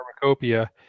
Pharmacopoeia